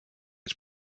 its